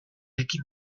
ekin